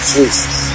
Jesus